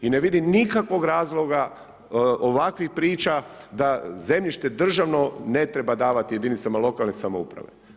I ne vidim nikakvog razloga, ovakvih priča, da zemljište državno ne treba davati jedinicama lokalne samouprave.